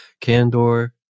candor